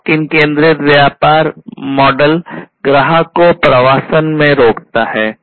lock in केंद्रित व्यापार model ग्राहक को प्रवासन से रोकता है